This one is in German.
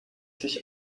sich